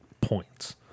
points